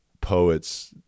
poets